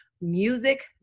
music